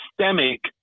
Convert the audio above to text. systemic